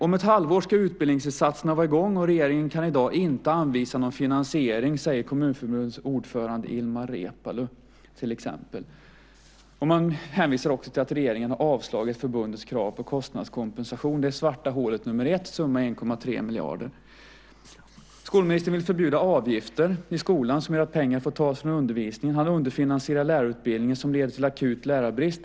Om ett halvår ska utbildningsinsatserna vara i gång, och regeringen kan i dag inte anvisa någon finansiering, säger Kommunförbundets ordförande Ilmar Reepalu. Man hänvisar också till att regeringen har avslagit förbundets krav på kostnadskompensation, det svarta hålet nummer ett - summa 1,3 miljarder. Skolministern vill förbjuda avgifter i skolan som gör att pengar får tas från undervisningen. Han underfinansierar lärarutbildningen, vilket leder till akut lärarbrist.